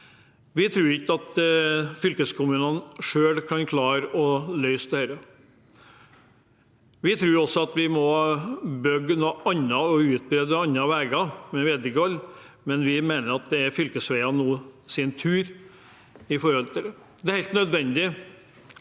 Vi tror ikke at fylkeskommunene selv kan klare å løse dette. Vi tror også at vi må bygge noe annet og utbedre andre veier gjennom vedlikehold, men vi mener det er fylkesveienes tur nå. Det er helt nødvendig